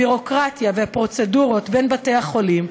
הביורוקרטיה והפרוצדורות בין בתי-החולים,